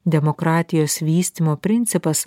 demokratijos vystymo principas